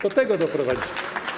Do tego doprowadzicie.